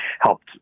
helped